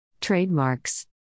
Trademarks